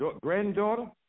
granddaughter